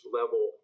level